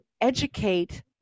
educate